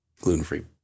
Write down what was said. gluten-free